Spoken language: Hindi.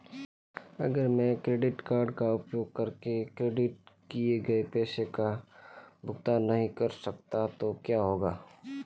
अगर मैं क्रेडिट कार्ड का उपयोग करके क्रेडिट किए गए पैसे का भुगतान नहीं कर सकता तो क्या होगा?